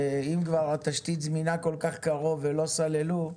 אם כבר התשתית זמינה כל כך קרוב ולא סללו,